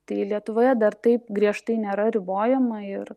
tai lietuvoje dar taip griežtai nėra ribojama ir